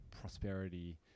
prosperity